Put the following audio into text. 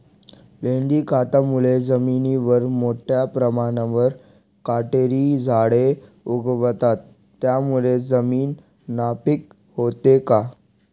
लेंडी खतामुळे जमिनीवर मोठ्या प्रमाणावर काटेरी झाडे उगवतात, त्यामुळे जमीन नापीक होते का?